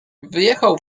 wyjechał